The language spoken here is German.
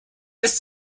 ist